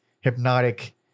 hypnotic